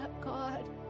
God